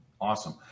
Awesome